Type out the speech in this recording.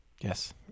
yes